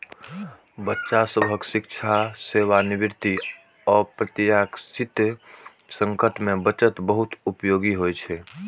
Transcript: बच्चा सभक शिक्षा, सेवानिवृत्ति, अप्रत्याशित संकट मे बचत बहुत उपयोगी होइ छै